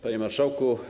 Panie Marszałku!